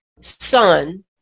son